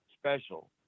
special